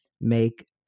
make